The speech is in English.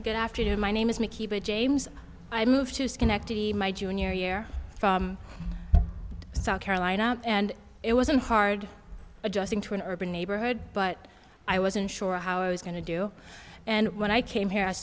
good afternoon my name is james i moved to schenectady my junior year to south carolina and it wasn't hard adjusting to an urban neighborhood but i wasn't sure how i was going to do and when i came here as